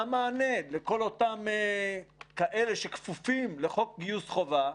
מה המענה לכל אותם כאלה שכפופים לחוק גיוס חובה,